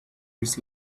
his